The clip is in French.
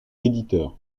éditeur